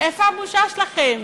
איפה הבושה שלכם?